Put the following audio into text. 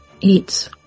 eats